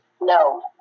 No